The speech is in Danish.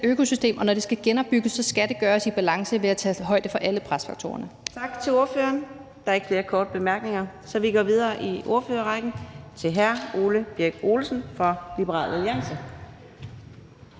økosystem, og når det skal genopbygges, skal det gøres i en balance og ved at tage højde for alle presfaktorerne. Kl. 13:15 Fjerde næstformand (Karina Adsbøl): Tak til ordføreren. Der er ikke flere korte bemærkninger, så vi går videre i ordførerrækken til hr. Ole Birk Olesen fra Liberal Alliance.